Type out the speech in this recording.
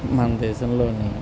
మన దేశంలోని